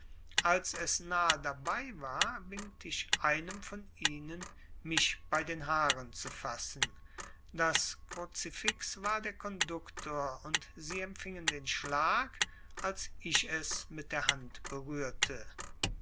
als es nahe dabei war winkte ich einem von ihnen mich bei den haaren zu fassen das kruzifix war der konduktor und sie empfingen den schlag als ich es mit der hand berührte